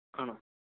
ആണോ